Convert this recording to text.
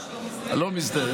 ממש לא מזדהה, לא מזדהה.